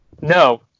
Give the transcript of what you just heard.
No